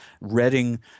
Reading